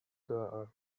girl